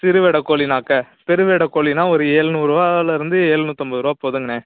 சிறுவெடக்கோழின்னாக்க பெருவெடக்கோழின்னா ஒரு ஏழ்நூறுவால இருந்து ஏழ்நூத்தம்பதுரூவா போதுங்கண்ணே